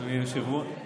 אדוני היושב-ראש,